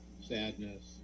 sadness